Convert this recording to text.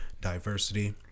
Diversity